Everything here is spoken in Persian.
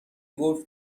گلف